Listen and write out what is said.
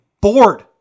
bored